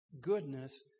goodness